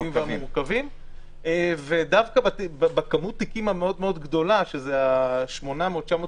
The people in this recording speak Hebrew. דווקא בכמות התיקים הגדולה מאוד, 900-800